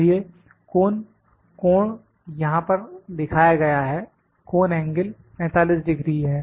इसलिए कोन कोण यहां पर दिखाया गया है कोन एंगिल 45 डिग्री है